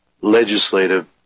legislative